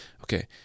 Okay